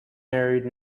married